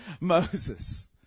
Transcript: Moses